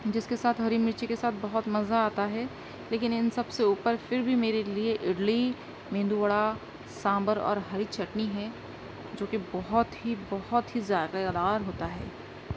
جس کے ساتھ ہری مرچی کے ساتھ بہت مزہ آتا ہے لیکن ان سب سے اوپر پھر بھی میرے لیے اڈلی میندو وڑا سانبھر اور ہری چٹنی ہے جوکہ بہت ہی بہت ہی ذائقہ دار ہوتا ہے